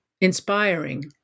inspiring